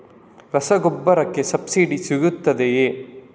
ರಸಗೊಬ್ಬರಕ್ಕೆ ಸಬ್ಸಿಡಿ ಸಿಗುತ್ತದೆಯೇ?